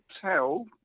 tell